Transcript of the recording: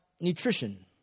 nutrition